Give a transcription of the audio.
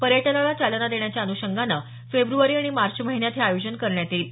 पर्यटनाला चालना देण्याच्या अन्षंगानं फेब्रवारी आणि मार्च महिन्यांत हे आयोजन करण्यात येईल